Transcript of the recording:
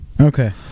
Okay